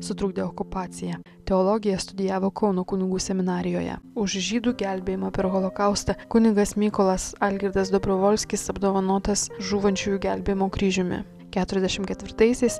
sutrukdė okupacija teologiją studijavo kauno kunigų seminarijoje už žydų gelbėjimą per holokaustą kunigas mykolas algirdas dobrovolskis apdovanotas žūvančiųjų gelbėjimo kryžiumi keturiasdešim ketvirtaisiais